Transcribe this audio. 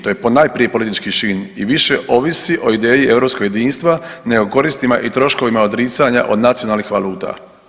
To je ponajprije politički čin i više ovisi o ideji europskog jedinstva nego koristima i troškovima odricanja od nacionalnih valuta.